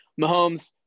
Mahomes